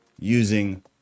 using